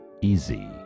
easy